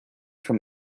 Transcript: from